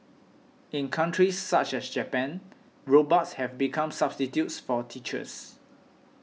in countries such as Japan robots have become substitutes for teachers